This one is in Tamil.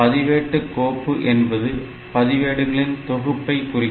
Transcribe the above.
பதிவேட்டு கோப்பு என்பது பதிவேடுகளின் தொகுப்பை குறிக்கும்